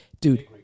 Dude